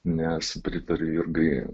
nes pritariu jurgai